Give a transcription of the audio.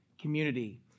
community